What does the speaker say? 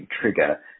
trigger